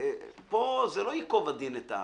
פה זה לא ייקוב הדין את ההר,